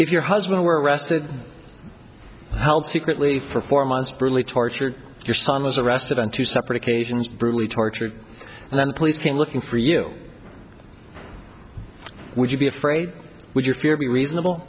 if your husband were arrested held secretly for four months brutally tortured your son was arrested on two separate occasions brutally tortured and then the police came looking for you would you be afraid would your fear be reasonable